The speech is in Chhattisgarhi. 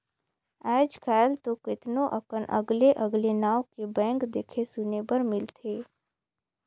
आयज कायल तो केतनो अकन अगले अगले नांव के बैंक देखे सुने बर मिलथे